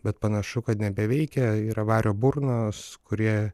bet panašu kad nebeveikia yra vario burnos kurie